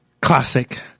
Classic